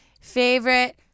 Favorite